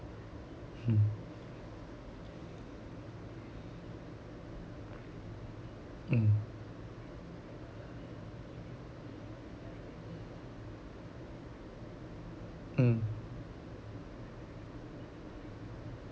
mm mm mm